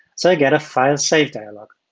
so i get a file save dialog.